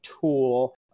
tool